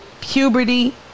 puberty